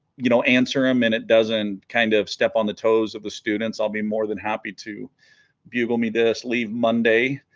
you know answer him and it doesn't kind of step on the toes of the students i'll be more than happy to bugle me this leave monday